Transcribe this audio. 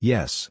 Yes